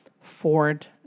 Ford